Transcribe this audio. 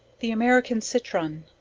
the american citron.